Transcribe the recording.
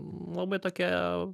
labai tokia